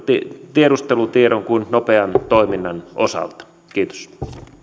tiedustelutiedon kuin nopean toiminnan osalta kiitos